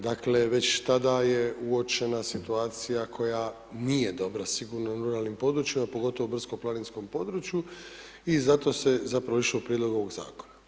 Dakle, već tada je uočena situacija koja nije dobra sigurno u ruralnim područjima, pogotovo u brdsko planinskom području i zato se je zapravo išlo u prijedlog ovog zakona.